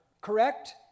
Correct